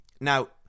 now